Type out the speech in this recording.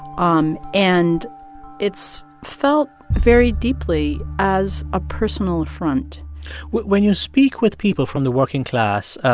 um and it's felt very deeply as a personal affront when you speak with people from the working class,